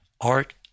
art